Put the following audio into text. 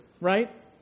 right